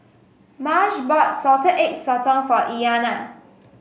Marsh bought Salted Egg Sotong for Iyana